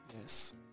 Yes